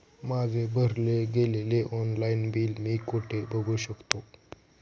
माझे भरले गेलेले ऑनलाईन बिल मी कुठे बघू शकतो?